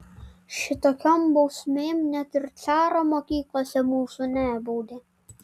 šitokiom bausmėm net ir caro mokyklose mūsų nebaudė